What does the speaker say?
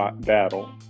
battle